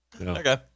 Okay